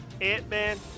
Ant-Man